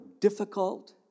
difficult